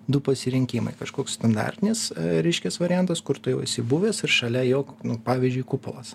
du pasirinkimai kažkoks standartinis reiškias variantas kur tu jau esi buvęs ir šalia jog pavyzdžiui kupolas